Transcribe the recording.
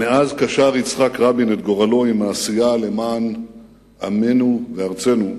מאז קשר יצחק רבין את גורלו עם העשייה למען עמנו וארצנו,